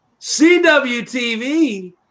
CWTV